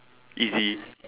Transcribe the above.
easy